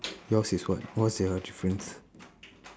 yours is what what's your difference